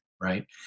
Right